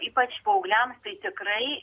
ypač paaugliams tai tikrai